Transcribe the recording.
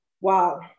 wow